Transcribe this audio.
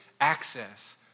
access